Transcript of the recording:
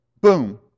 boom